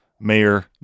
Mayor